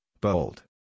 bold